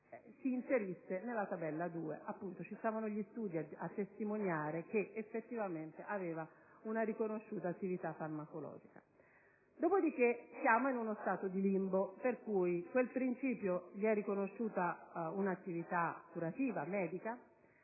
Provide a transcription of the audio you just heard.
inserito nella tabella 2. Gli studi stavano a testimoniare che aveva effettivamente una riconosciuta attività farmacologica. Dopodiché siamo in uno stato di limbo, per cui a quel principio è riconosciuta un'attività curativa medica,